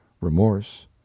remorse